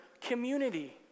community